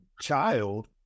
child